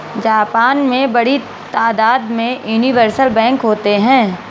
Japan में बड़ी तादाद में यूनिवर्सल बैंक होते हैं